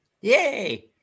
Yay